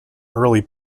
early